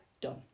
done